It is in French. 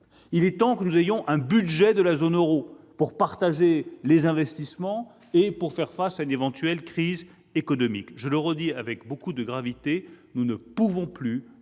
Il est temps que nous mettions en place un budget de la zone euro pour partager les investissements et pour faire face à une éventuelle crise économique. Je le dis avec beaucoup de gravité : nous ne pouvons plus